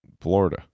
Florida